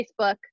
facebook